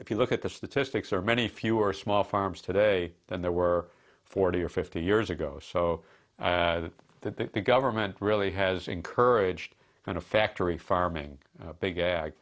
if you look at the statistics are many fewer small farms today than there were forty or fifty years ago so the government really has encouraged a factory farming big